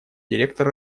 директор